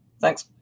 Thanks